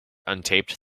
untaped